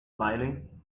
smiling